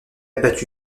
battu